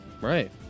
Right